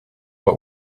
what